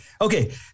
Okay